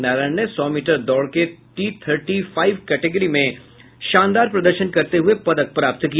नारायण ने सौ मीटर दौड़ के टी थर्टी फाइव कैटेगरी में शानदार प्रदर्शन करते हुये पदक प्राप्त किया